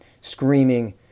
screaming